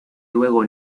luego